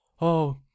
Oh